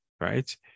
Right